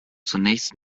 zunächst